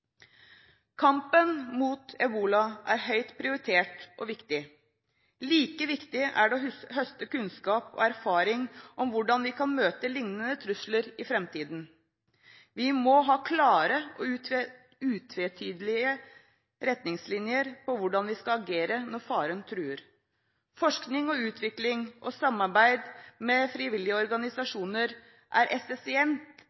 Kampen mot ebola er høyt prioritert og viktig. Like viktig er det å høste kunnskap og erfaring om hvordan vi kan møte liknende trusler i framtiden. Vi må ha klare og utvetydige retningslinjer for hvordan vi skal agere når faren truer. Forskning og utvikling og samarbeid med frivillige